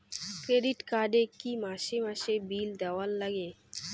Credit card এ কি মাসে মাসে বিল দেওয়ার লাগে?